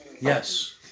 Yes